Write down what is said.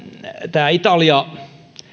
tämä italia